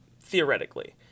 theoretically